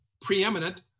preeminent